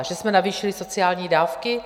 Že jsme navýšili sociální dávky?